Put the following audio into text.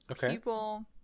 People